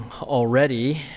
already